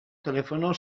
telefono